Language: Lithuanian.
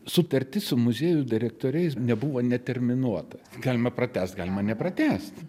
sutartis su muziejų direktoriais nebuvo neterminuota galima pratęst galima nepratęst